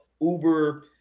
uber